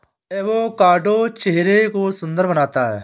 avocado चेहरे को सुंदर बनाता है